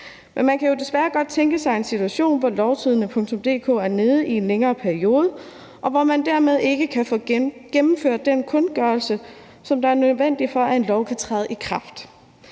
Men man kan jo desværre godt tænke sig en situation, hvor lovtidende.dk er nede i en længere periode, og hvor man dermed ikke kan få gennemført den kundgørelse, som er nødvendig for, at en lov kan træde i kraft.